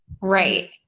Right